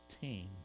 team